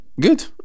good